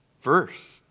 verse